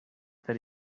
that